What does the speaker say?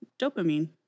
dopamine